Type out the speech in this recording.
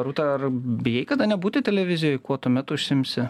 rūta ar bijai kada nebūti televizijoj kuo tuomet užsiimsi